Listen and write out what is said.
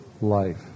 life